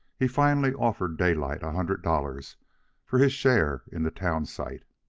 he finally offered daylight a hundred dollars for his share in the town site.